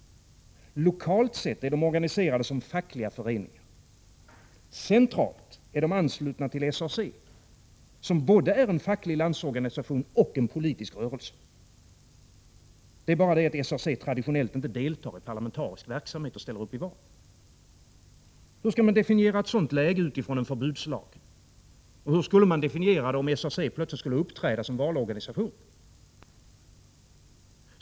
Lokalt är de organiserade som fackliga föreningar. Centralt är de anslutna till SAC, som både är en facklig landsorganisation och en politisk rörelse. Det är bara det att SAC traditionellt inte deltar i parlamentarisk verksamhet och ställer upp i val. Hur skall man definiera ett sådant läge utifrån en förbudslag? Och hur skulle man definiera det om SAC plötsligt uppträdde som valorganisation?